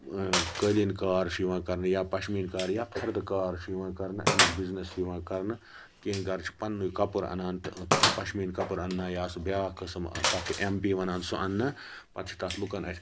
قٲلیٖن کار چھُ یِوان کرنہٕ یا پَشمیٖن کار یا فَردٕ کار چھُ یِوان کرنہٕ اَمیُک بِزنٮ۪س چھُ یِوان کرنہٕ کینٛہہ گرٕ چھِ پَننُے کَپُر اَنان پشمیٖن کپُر اَننا یا سُہ بیاکھ قٕسٕم تَتھ چھِِ ایم بی وَنان سُہ اَننہٕ پتہٕ چھِ تَتھ لُکَن اتھۍ